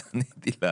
אז עניתי לה.